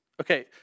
Okay